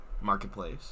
Marketplace